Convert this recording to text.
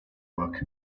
work